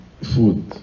food